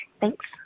Thanks